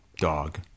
dog